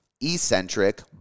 eccentric